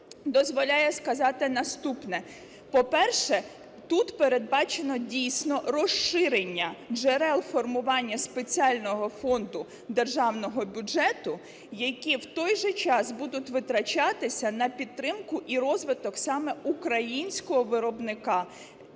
дозволяє сказати наступне. По-перше, тут передбачено, дійсно, розширення джерел формування Спеціального фонду державного бюджету, які в той же час будуть витрачатися на підтримку і розвиток саме українського виробника,